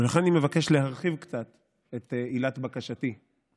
ולכן אני מבקש להרחיב קצת את עילת בקשתי.